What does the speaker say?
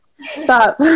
stop